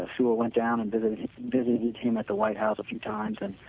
ah sewall went down and visited visited him at the white house a few times and